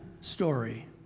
story